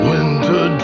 Winter